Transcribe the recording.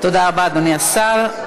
תודה רבה, אדוני השר.